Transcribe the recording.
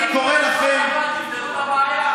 אני רק יכול לומר את דעתי פה בדוכן הזה.